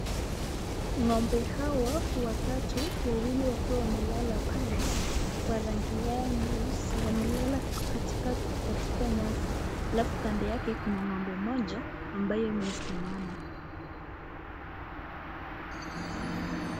Ngombe hawa watatu wawili wakiwa wamelala pale kwa rangi yao nyeusi wamelala katika nyasi alafu kando yake kuna ngombe moja ambayo imesimama.